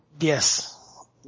Yes